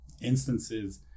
instances